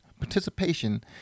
participation